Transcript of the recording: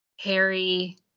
harry